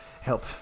help